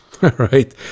right